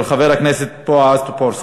562, של חבר הכנסת בועז טופורובסקי,